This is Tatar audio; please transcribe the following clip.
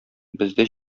бездә